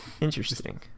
Interesting